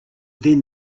then